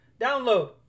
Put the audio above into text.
download